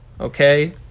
okay